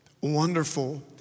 wonderful